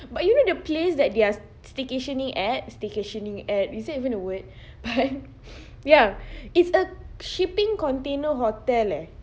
but you know the place that they are staycationing at staycationing at is that even a word but ya it's a shipping container hotel eh